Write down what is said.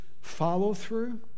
follow-through